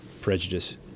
prejudice